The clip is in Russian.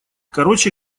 короче